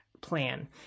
plan